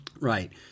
Right